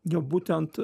jo būtent